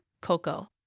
cocoa